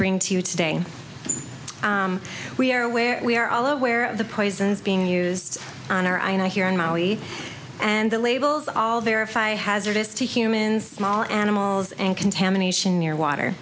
bring to you today we are where we are all aware of the poisons being used on our i know here in maui and the labels all verify hazardous to humans small animals and contamination near water